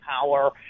power